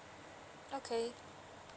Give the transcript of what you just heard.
okay